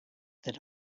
that